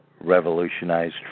revolutionized